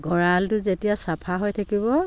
গঁৰালটো যেতিয়া চাফা হৈ থাকিব